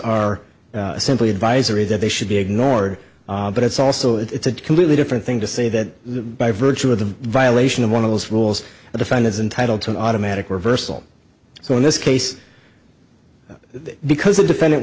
are simply advisory that they should be ignored but it's also it's a completely different thing to say that by virtue of the violation of one of those rules the fine is entitle to an automatic reversal so in this case because the defendant